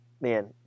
man